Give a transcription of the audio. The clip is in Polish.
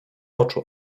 oczu